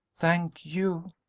thank you,